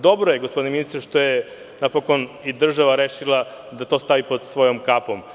Dobro je, gospodine ministre, što je napokon i država rešila da to stavi pod svoju kapu.